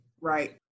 Right